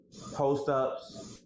post-ups